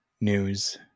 news